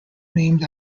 named